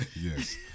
Yes